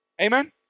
Amen